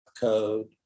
code